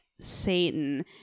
Satan